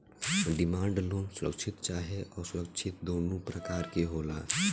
demand loan सुरक्षित चाहे असुरक्षित दुनो प्रकार के होला